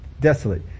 desolate